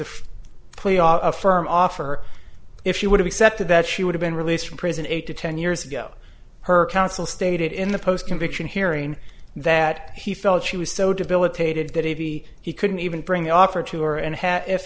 a plea offer a firm offer if she would have accepted that she would have been released from prison eight to ten years ago her counsel stated in the post conviction hearing that he felt she was so debilitated that a b he couldn't even bring the offer to her and if